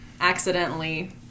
accidentally